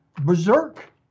berserk